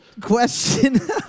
Question